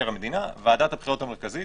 ועדת הבחירות המרכזית,